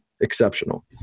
exceptional